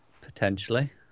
Potentially